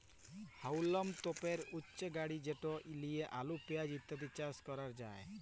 হাউলম তপের হচ্যে গাড়ি যেট লিয়ে আলু, পেঁয়াজ ইত্যাদি চাস ক্যরাক যায়